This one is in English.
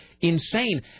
insane